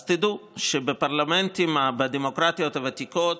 אז תדעו שבפרלמנטים בדמוקרטיות הוותיקות